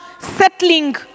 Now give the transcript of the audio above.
settling